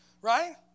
Right